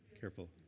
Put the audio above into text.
careful